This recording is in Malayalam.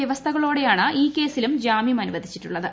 വൃവസ്ഥകളോടെയാണ് ഈ ക്യേസിലും ്ജാമ്യം അനുവദിച്ചിട്ടുള്ളത്